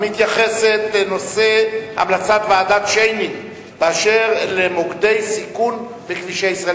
המתייחסת להמלצת ועדת-שיינין באשר למוקדי סיכון בכבישי ישראל.